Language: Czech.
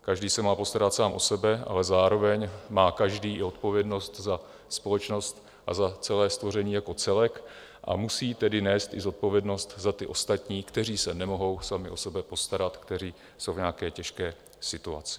Každý se má postarat sám o sebe, ale zároveň má každý i odpovědnost za společnost a za celé stvoření jako celek, a musí tedy nést i zodpovědnost za ty ostatní, kteří se nemohou sami o sebe postarat, kteří jsou v nějaké těžké situaci.